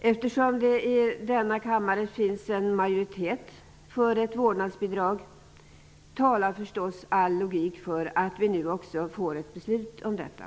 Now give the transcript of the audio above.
Eftersom det i denna kammare finns en majoritet för ett vårdnadsbidrag, talar förstås all logik för att vi nu också får ett beslut om detta.